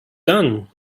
done